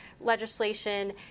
legislation